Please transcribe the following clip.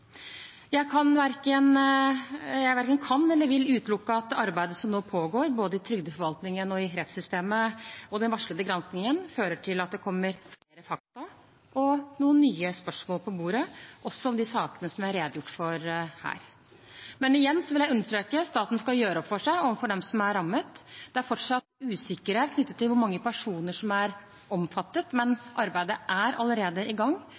Jeg verken kan eller vil utelukke at arbeidet som nå pågår i både trygdeforvaltningen og rettssystemet, og den varslede granskingen vil føre til at det kommer flere fakta og noen nye spørsmål på bordet, også om de sakene som jeg har redegjort for her. Igjen vil jeg understreke at staten skal gjøre opp for seg overfor dem som er rammet. Det er fortsatt usikkerhet knyttet til hvor mange personer som er omfattet, men arbeidet er allerede i gang.